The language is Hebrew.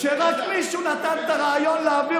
כשמישהו רק נתן את הרעיון להעביר